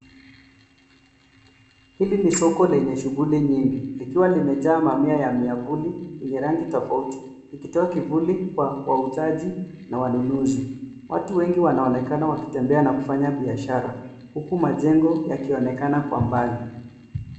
Hii ni soko lenye shughuli nyingi likiwa limejaa mamia ya miavuli yenye rangi tofauti ikitoa kivuli kwa wauzaji watu wengi wanaonekana wakitembea na kufanya biashara huku majengo yakionekana kwa mbali.